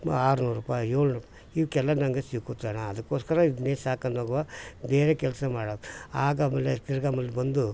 ಮಾ ಆರುನೂರು ರೂಪಾಯ್ ಏಳುನೂರು ಇವಕ್ಕೆಲ್ಲ ನನಗೆ ಸಿಕ್ಕುತ್ತಣ್ಣ ಅದಕ್ಕೋಸ್ಕರ ಇದನ್ನೆ ಸಾಕೊಂಡೋಗ್ವ ಬೇರೆ ಕೆಲಸ ಮಾಡೋಕ್ ಆಗ ಆಮೇಲೆ ತಿರ್ಗಿ ಆಮೇಲೆ ಬಂದು